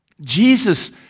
Jesus